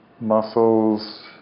muscles